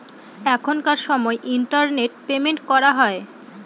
এখনকার সময় internet payment করা হয়